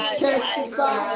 testify